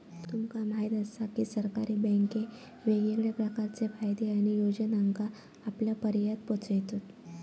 तुमका म्हायत आसा काय, की सरकारी बँके वेगवेगळ्या प्रकारचे फायदे आणि योजनांका आपल्यापर्यात पोचयतत